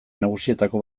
nagusietako